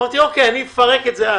המשכתי לפרק את זה.